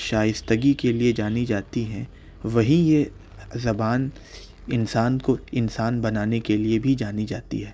شائستگی کے لئے جانی جاتی ہے وہیں یہ زبان انسان کو انسان بنانے کے لئے بھی جانی جاتی ہے